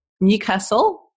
Newcastle